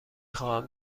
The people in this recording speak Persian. خواهم